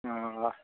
অঁ